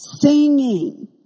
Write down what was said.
singing